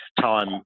time